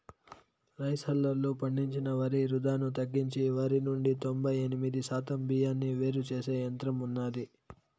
rice హల్లర్లు పండించిన వరి వృధాను తగ్గించి వరి నుండి తొంబై ఎనిమిది శాతం బియ్యాన్ని వేరు చేసే యంత్రం ఉన్నాది